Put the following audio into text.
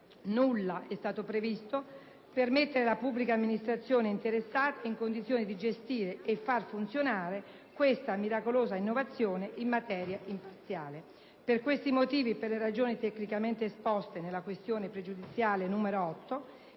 Nulla è stato previsto per mettere la pubblica amministrazione interessata in condizione di gestire e far funzionare questa "miracolosa" innovazione in maniera imparziale. Per questi motivi e per le ragioni tecnicamente esposte nella questione pregiudiziale QP8,